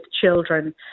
children